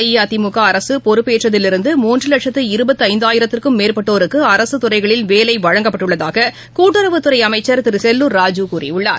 அஇஅதிமுகஅரசுபொறுப்பேற்றதிலிருந்து தமிழகத்தில் லட்சத்து ஆயிரத்திற்கும் மேற்பட்டோருக்கு அரசுதுறைகளில் வேலைவழங்கப்பட்டுள்ளதாக்கூட்டுறவுத்துறைஅமைச்சர் திருசெல்லூர் ராஜூ கூறியுள்ளார்